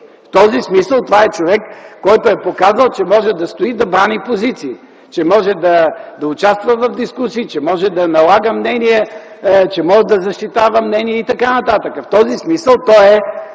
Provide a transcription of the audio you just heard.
В този смисъл това е човек, който е показал, че може да стои и да брани позиции, че може да участва в дискусии, че може да налага мнение, че може да защитава мнение и така нататък. В този смисъл той е